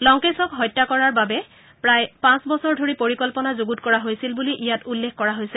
লংকেশক হত্যা কৰাৰ বাবে প্ৰায় পাঁচ বছৰ ধৰি পৰিকল্পনা যুগুত কৰা হৈছিল বুলি ইয়াত উল্লেখ কৰা হৈছে